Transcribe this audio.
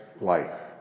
life